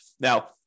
Now